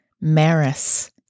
Maris